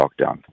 lockdown